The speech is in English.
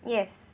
yes